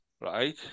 right